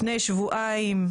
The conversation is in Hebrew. לפני שבועיים,